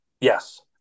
Yes